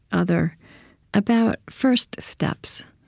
other about first steps?